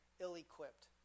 ill-equipped